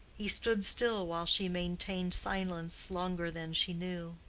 he stood still while she maintained silence longer than she knew,